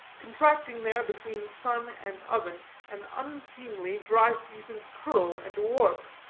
contracting there between sun and oven an unseemly, dry-seasoned curl and warp.